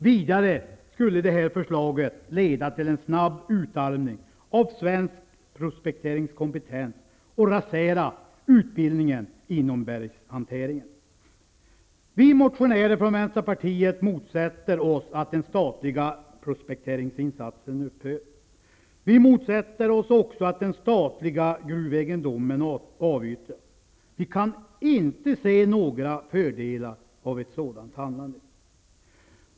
Vidare skulle förslaget leda till en snabb utarmning av svensk prospekteringskompetens och rasera utbildningen inom bergshanteringen. Vi motionärer från Vänsterpartiet motsätter oss att den statliga prospekteringsinsatsen upphör. Vi motsätter oss också att den statliga gruvegendomen avyttras. Vi kan inte se några fördelar av ett sådant handlande.